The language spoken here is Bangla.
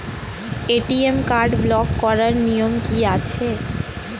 এ.টি.এম কার্ড ব্লক করার নিয়ম কি আছে?